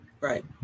Right